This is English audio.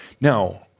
Now